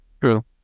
True